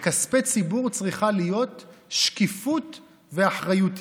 בכספי ציבור צריכה להיות שקיפות ואחריותיות,